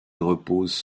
reposent